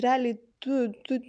realiai tu tu